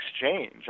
exchange